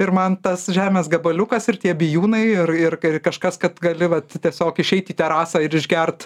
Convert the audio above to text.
ir man tas žemės gabaliukas ir tie bijūnai ir ir kai kažkas kad gali vat tiesiog išeit į terasą ir išgerti